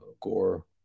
Gore